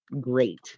great